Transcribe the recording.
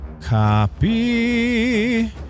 copy